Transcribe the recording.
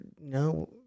no